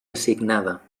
assignada